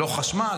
לא חשמל,